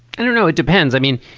i don't know. it depends i mean,